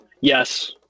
Yes